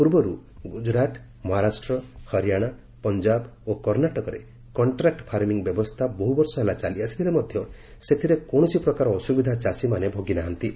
ପୂର୍ବରୁ ଗୁକୁରାଟ ମହାରାଷ୍ଟ୍ର ହରିୟାଣା ପଞ୍ଜାବ ଓ କର୍ଷ୍ଣାଟକରେ କଷ୍ଟ୍ରାକ୍ ଫାର୍ମିଂ ବ୍ୟବସ୍ଥା ବହୁ ବର୍ଷ ହେଲା ଚାଲି ଆସିଥିଲେ ମଧ୍ୟ ସେଥିରେ କୌଣସି ପ୍ରକାର ଅସୁବିଧା ଚାଷୀମାନେ ଭୋଗୀନାହାନ୍ତି